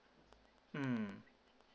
mm